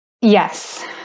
Yes